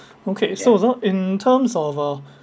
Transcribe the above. okay so as long in terms of uh